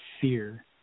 fear